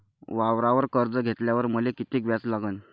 वावरावर कर्ज घेतल्यावर मले कितीक व्याज लागन?